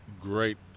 Great